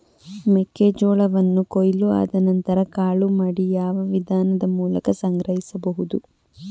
ಮೆಕ್ಕೆ ಜೋಳವನ್ನು ಕೊಯ್ಲು ಆದ ನಂತರ ಕಾಳು ಮಾಡಿ ಯಾವ ವಿಧಾನದ ಮೂಲಕ ಸಂಗ್ರಹಿಸಬಹುದು?